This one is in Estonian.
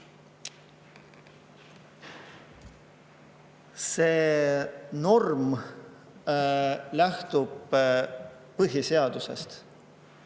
See norm lähtub põhiseadusest,